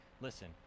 Listen